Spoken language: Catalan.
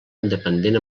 independent